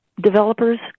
developers